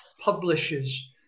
publishes